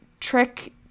trick